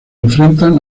enfrentan